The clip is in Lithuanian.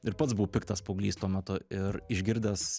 ir pats buvau piktas paauglys tuo metu ir išgirdęs